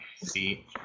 See